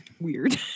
weird